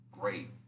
great